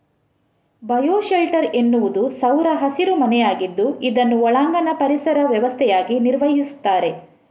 bio shelter ಎನ್ನುವುದು ಸೌರ ಹಸಿರು ಮನೆಯಾಗಿದ್ದು ಇದನ್ನು ಒಳಾಂಗಣ ಪರಿಸರ ವ್ಯವಸ್ಥೆಯಾಗಿ ನಿರ್ವಹಿಸ್ತಾರೆ